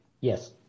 Yes